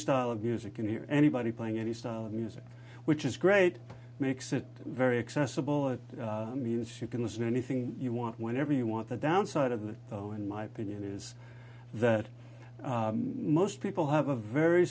style of music and hear anybody playing any style of music which is great makes it very accessible it means you can listen to anything you want whenever you want the downside of that in my opinion is that most people have a very